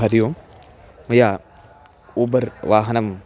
हरिः ओं मया ऊबर् वाहनम्